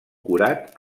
curat